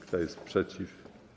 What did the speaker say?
Kto jest przeciw?